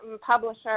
publisher